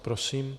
Prosím.